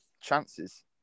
chances